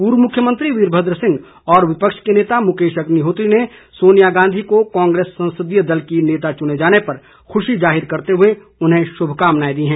पूर्व मुख्यमंत्री वीरभद्र सिंह और विपक्ष के नेता मुकेश अग्निहोत्री ने सोनिया गांधी को कांग्रेस संसदीय दल की नेता चुने जाने पर खुशी जाहिर करते हुए उन्हें शुभ कामनाएं दी है